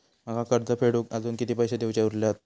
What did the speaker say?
माका कर्ज फेडूक आजुन किती पैशे देऊचे उरले हत?